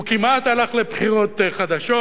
הוא כמעט הלך לבחירות חדשות,